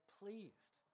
pleased